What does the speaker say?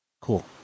Cool